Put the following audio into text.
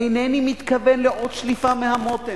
אינני מתכוון לעוד שליפה מהמותן,